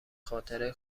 خاطره